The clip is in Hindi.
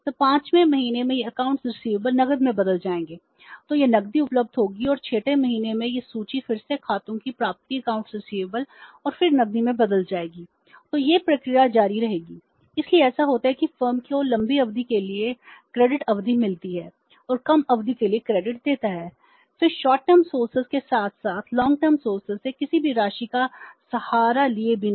तो पांचवें महीने में यह खाते प्राप्य से किसी भी राशि का सहारा लिए बिना